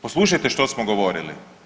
Poslušajte što smo govorili.